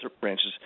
branches